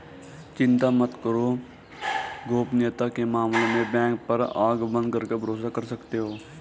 चिंता मत करो, गोपनीयता के मामले में बैंक पर आँख बंद करके भरोसा कर सकते हो